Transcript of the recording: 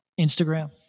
Instagram